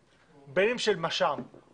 בין אם של מרכז שלטון מקומי,